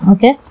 Okay